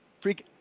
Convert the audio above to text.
freak